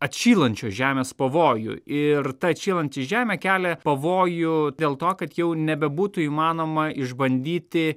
atšylančios žemės pavoju ir ta atšylanti žemė kelia pavojų dėl to kad jau nebebūtų įmanoma išbandyti